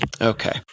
Okay